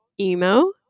emo